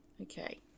Okay